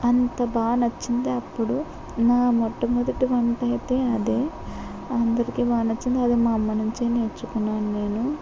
అంత బాగా నచ్చింది అప్పుడు నా మొట్టమొదటి వంట అయితే అది అందరికి బాగా నచ్చింది అదే మా అమ్మ నుంచి నేర్చుకున్నాను నేను